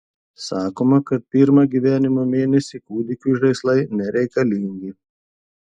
sakoma kad pirmą gyvenimo mėnesį kūdikiui žaislai nereikalingi